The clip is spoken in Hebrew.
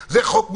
זה חוק מסגרת.